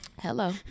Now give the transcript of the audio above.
Hello